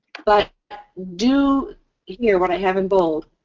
but do here what i have in bold,